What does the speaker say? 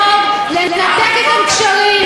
צריך לדאוג לנתק אתם קשרים,